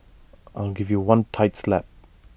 I'll give you one tight slap